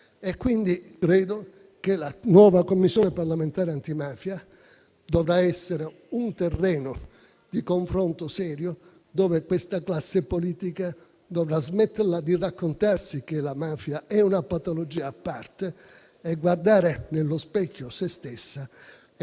quindi che la nuova Commissione parlamentare antimafia dovrà essere un terreno di confronto serio, dove questa classe politica dovrà smetterla di raccontarsi che la mafia è una patologia a parte e guardare sé stessa nello specchio e vedere